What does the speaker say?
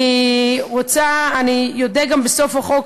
אני אודה גם בסוף החוק,